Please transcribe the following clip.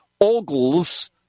Ogles